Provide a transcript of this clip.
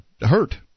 hurt